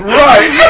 right